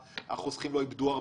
והחוסכים לא איבדו הרבה.